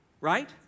Right